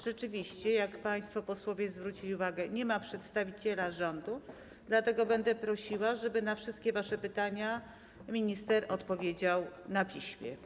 Rzeczywiście, jak państwo posłowie zauważyli, nie ma na sali przedstawiciela rządu, dlatego będę prosiła, żeby na wszystkie wasze pytania minister odpowiedział na piśmie.